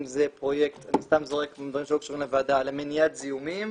אם זה פרויקט למניעת זיהומים,